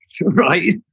right